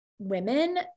women